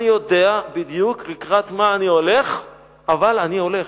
אני יודע בדיוק לקראת מה אני הולך, אבל אני הולך,